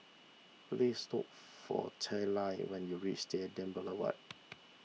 please look for Tallie when you reach Stadium Boulevard